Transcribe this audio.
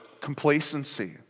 complacency